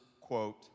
quote